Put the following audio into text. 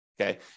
okay